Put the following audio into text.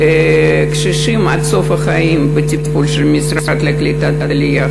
קשישים עד סוף החיים בטיפול של המשרד לקליטת העלייה,